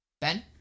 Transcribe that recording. Ben